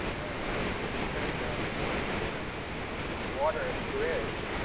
and in terms of the the water bridge,